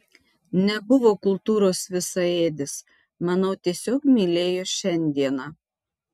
nebuvo kultūros visaėdis manau tiesiog mylėjo šiandieną